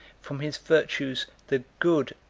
from his virtues, the good,